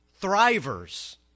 thrivers